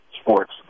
sports